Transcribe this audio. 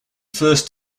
first